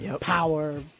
power